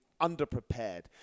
underprepared